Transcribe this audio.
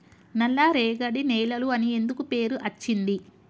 నల్లరేగడి నేలలు అని ఎందుకు పేరు అచ్చింది?